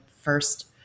first